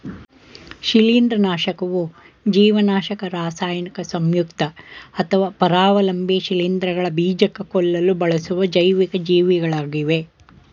ಶಿಲೀಂಧ್ರನಾಶಕವು ಜೀವನಾಶಕ ರಾಸಾಯನಿಕ ಸಂಯುಕ್ತ ಅಥವಾ ಪರಾವಲಂಬಿ ಶಿಲೀಂಧ್ರಗಳ ಬೀಜಕ ಕೊಲ್ಲಲು ಬಳಸುವ ಜೈವಿಕ ಜೀವಿಗಳಾಗಿವೆ